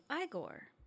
Igor